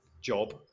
job